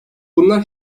bunlar